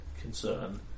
concern